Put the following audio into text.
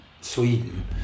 Sweden